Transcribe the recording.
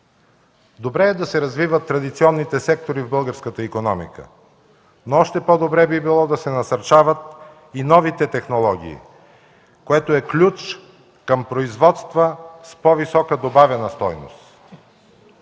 Добре е да се развиват традиционните сектори в българската икономика, но още по-добре би било да се насърчават и новите технологии, което е ключ към производства с по-висока добавена стойност.